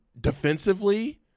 defensively